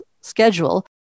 schedule